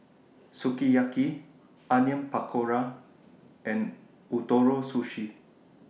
Sukiyaki Onion Pakora and Ootoro Sushi